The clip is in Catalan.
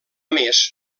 més